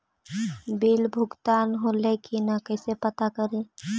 Bill भुगतान होले की न कैसे पता करी?